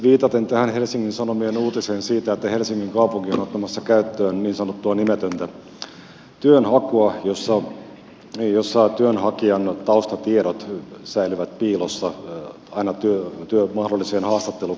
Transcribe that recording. viitaten tähän helsingin sanomien uutiseen siitä että helsingin kaupunki on ottamassa käyttöön niin sanottua nimetöntä työnhakua jossa työnhakijan taustatiedot säilyvät piilossa aina mahdolliseen haastattelukutsuun asti